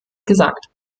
gesagt